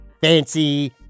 fancy